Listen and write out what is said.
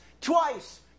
twice